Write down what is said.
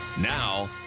Now